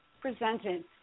presented